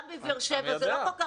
גם באר שבע.